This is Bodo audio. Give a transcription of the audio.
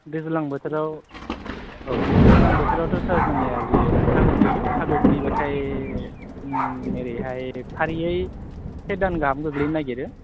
दैज्लां बोथोराव औ दैज्लां बोथोरावथ' सार जोंनिया जे अखा गोग्लैयो अखा गोग्लैबाथाइ उम ओरैहाय फारियै इसे दांग्रायाबो गोग्लैनो नागिरो